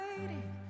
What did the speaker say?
waiting